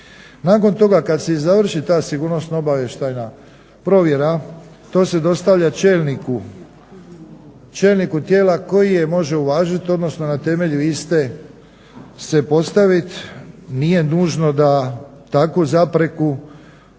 Nakon toga kad se i završi ta sigurnosno-obavještajna provjera to se dostavlja čelniku tijela koji je može uvažit, odnosno na temelju iste se postavit. Nije nužno da takvu zapreku onaj